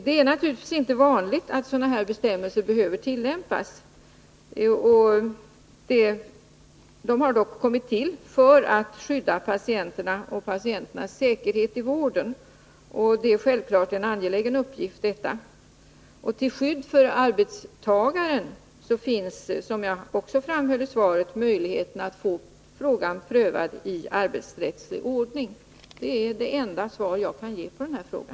Det är naturligtvis inte vanligt att sådana här bestämmelser behöver tillämpas. De har dock kommit till för att skydda patienterna och patienternas säkerhet i vården. Detta är självklart en angelägen uppgift. Till skydd för arbetstagaren finns, som jag också framhöll i svaret, möjligheten att få frågan prövad i arbetsrättslig ordning. Det är det enda svar jag kan ge på denna fråga.